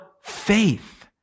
faith